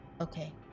Okay